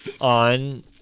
on